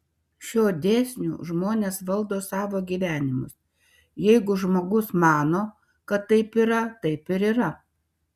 šiuo dėsniu žmonės valdo savo gyvenimus jeigu žmogus mano kad taip yra taip ir yra